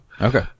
Okay